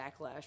backlash